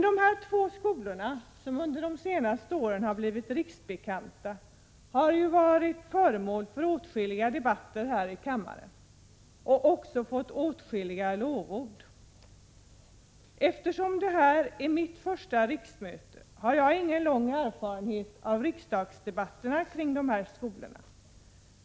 De här två skolorna, som under de senaste åren har blivit riksbekanta, har varit föremål för åtskilliga debatter här i kammaren och också fått åtskilliga lovord. Eftersom det här är mitt första riksmöte har jag ingen lång erfarenhet av riksdagsdebatterna kring dessa skolor.